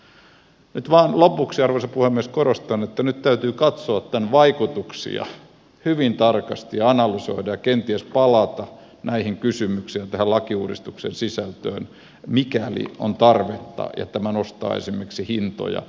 nyt vain lopuksi arvoisa puhemies korostan että nyt täytyy katsoa tämän vaikutuksia hyvin tarkasti ja analysoida ja kenties palata näihin kysymyksiin ja tähän lakiuudistuksen sisältöön mikäli on tarvetta ja tämä nostaa esimerkiksi hintoja